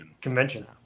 convention